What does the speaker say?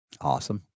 Awesome